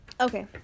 Okay